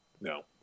no